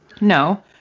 No